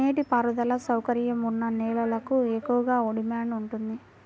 నీటి పారుదల సౌకర్యం ఉన్న నేలలకు ఎక్కువగా డిమాండ్ ఉంటుంది